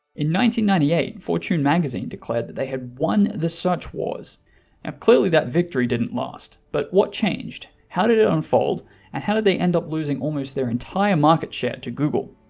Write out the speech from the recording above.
ninety ninety eight, fortune magazine declared that they had won the search wars and clearly that victory didn't last, but what changed? how did it unfold and how did they end up losing almost their entire market share to google.